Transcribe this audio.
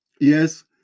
Yes